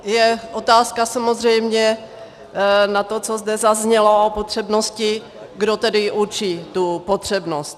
Je otázka samozřejmě na to, co zde zaznělo o potřebnosti, kdo tedy určí tu potřebnost.